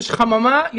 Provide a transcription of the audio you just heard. יש חממה,